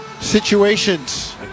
situations